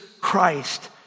Christ